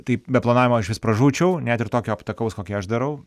tai be planavimo išvis pražūčiau net ir tokio aptakaus kokį aš darau